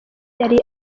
yari